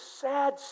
sad